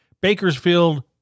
Bakersfield